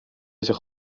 zich